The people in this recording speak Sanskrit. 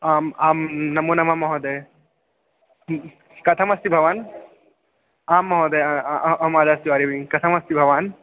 आम् अम् नमो नमः महोदय कथमस्ति भवान् आं महोदय अहम् आदर्शः तिवारि कथमस्ति भवान्